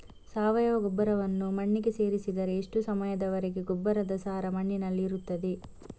ಸಾವಯವ ಗೊಬ್ಬರವನ್ನು ಮಣ್ಣಿಗೆ ಸೇರಿಸಿದರೆ ಎಷ್ಟು ಸಮಯದ ವರೆಗೆ ಗೊಬ್ಬರದ ಸಾರ ಮಣ್ಣಿನಲ್ಲಿ ಇರುತ್ತದೆ?